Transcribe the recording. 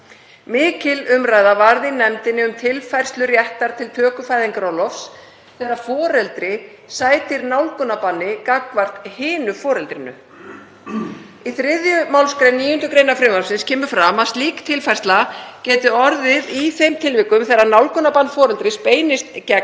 Mikil umræða varð í nefndinni um tilfærslur réttar til töku fæðingarorlofs þegar foreldri sætir nálgunarbanni gagnvart hinu foreldrinu. Í 3. mgr. 9. gr. frumvarpsins kemur fram að slík tilfærsla geti orðið í þeim tilvikum þegar nálgunarbann foreldris beinist gegn